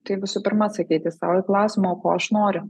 tai visų pirma atsakyti sau į klausimą o ko aš noriu